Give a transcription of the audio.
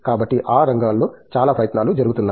కాబట్టి ఆ రంగాలో చాలా ప్రయత్నాలు జరుగుతున్నాయి